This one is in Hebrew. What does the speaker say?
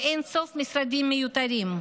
ואין-סוף משרדים מיותרים.